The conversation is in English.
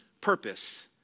purpose